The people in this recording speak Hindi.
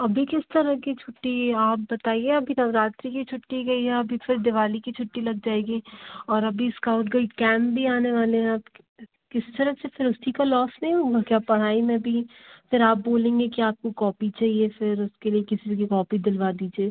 अभी किस तरह कि छुट्टी है आप बताइए अभी नवरात्री कि छुट्टी गई है अभी फिर दिवाली कि छुट्टी लग जाएगी और अभी इस्कौड गैड कैम्प भी आने वाले हैं अब कि कि का लौस नहीं होगा क्या पढ़ाई में भी फिर आप बोलेंगे कि आपको कौपी चाहिए फिर उसके लिए किसी कि कौपी दिलवा दीजिए